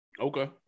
Okay